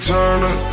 Turner